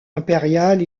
impérial